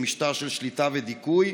או משטר של שליטה ודיכוי,